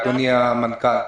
אדוני המנכ"ל,